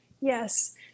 Yes